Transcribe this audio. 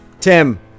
Tim